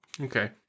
Okay